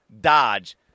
dodge